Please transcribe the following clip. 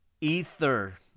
Ether